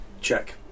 check